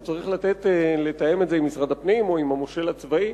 הוא צריך לתאם את זה עם משרד הפנים או עם המושל הצבאי?